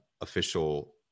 official